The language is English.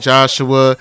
Joshua